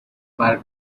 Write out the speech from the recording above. برگ